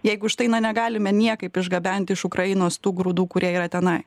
jeigu štai na negalime niekaip išgabenti iš ukrainos tų grūdų kurie yra tenai